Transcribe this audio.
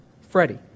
Freddie